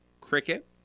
Cricket